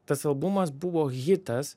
tas albumas buvo hitas